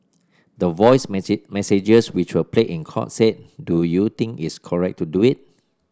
the voice messages which were played in court said do you think its correct to do it